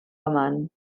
amant